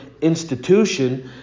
institution